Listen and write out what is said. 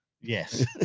Yes